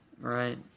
Right